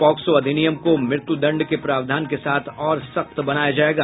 POCSO अधिनियम को मृत्युदंड के प्रावधान के साथ और सख्त बनाया जाएगा